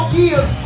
years